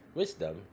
wisdom